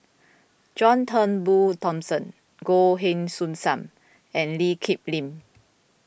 John Turnbull Thomson Goh Heng Soon Sam and Lee Kip Lin